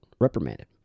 reprimanded